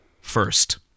first